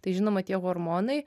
tai žinoma tie hormonai